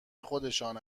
خودشان